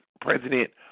president